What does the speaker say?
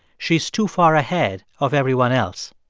she's too far ahead of everyone else.